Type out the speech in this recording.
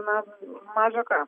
na maža ką